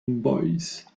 boys